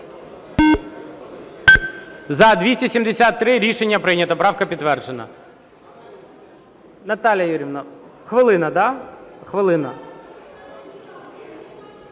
За-273 Рішення прийнято. Правка підтверджена. Наталія Юріївна, хвилина, да? Хвилина.